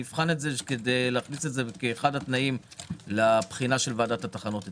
נבחן כדי להכניס את זה כאחד התנאים לבחינה של ועדת התחנות אצלנו.